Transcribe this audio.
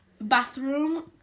bathroom